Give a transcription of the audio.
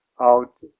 out